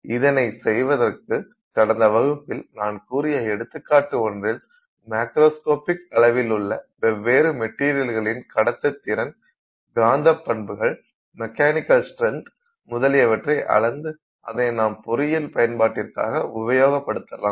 இதனை செய்வதற்கு கடந்த வகுப்பில் நான் கூறிய எடுத்துக்காட்டு ஒன்றில் மாக்ரோஸ்கோபிக் அளவிலுள்ள வெவ்வேறு மெட்டீரியலின் கடத்துத்திறன் காந்தப் பண்புகள் மெக்கானிக்கல் ஸ்ட்ரென்த் முதலியவற்றை அளந்து அதனை நாம் பொறியியல் பயன்பாட்டிற்காக உபயோகப்படுத்தலாம்